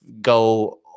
go